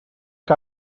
que